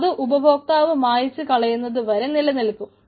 അതു ഉപദോക്താവ് മായിച്ച് കളയുന്നതു വരെ നിലനിൽക്കും